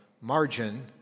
margin